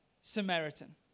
Samaritan